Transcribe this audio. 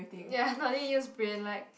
ya no need use brain like